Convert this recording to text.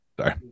Sorry